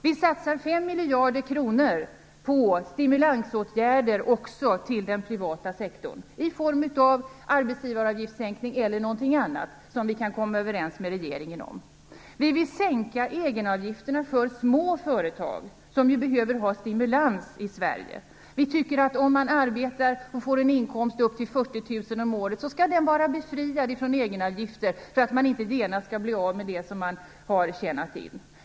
Vi satsar 5 miljarder kronor på stimulansåtgärder också till den privata sektorn i form av arbetsgivaravgiftssänkning eller någonting annat som vi kan komma överens med regeringen om. Vi vill sänka egenavgifterna för små företag, som ju behöver ha stimulans i Sverige. Vi tycker att den som arbetar och får en inkomst på upp till 40 000 kr om året skall vara befriad från egenavgifter, för att inte genast bli av med det som man har tjänat in.